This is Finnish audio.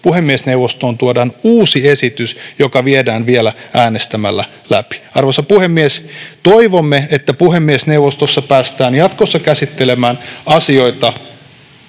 puhemiesneuvostoon tuodaan uusi esitys, joka viedään vielä äänestämällä läpi. Arvoisa puhemies! Toivomme, että puhemiesneuvostossa päästään jatkossa käsittelemään asioita,